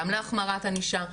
גם להחמרת ענישה,